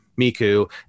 Miku